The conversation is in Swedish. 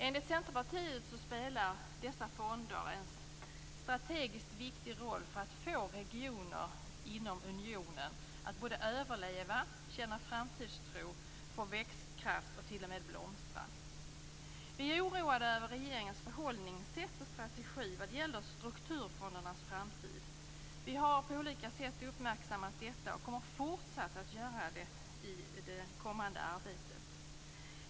Enligt Centerpartiet spelar dessa fonder en strategiskt viktig roll för att få regioner inom unionen att överleva, känna framtidstro, få växtkraft och t.o.m. blomstra. Vi är oroade över regeringens förhållningssätt och strategi vad gäller strukturfondernas framtid. Vi har på olika sätt uppmärksammat detta och kommer att fortsätta att göra det i det kommande arbetet.